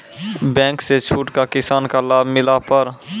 Bank से छूट का किसान का लाभ मिला पर?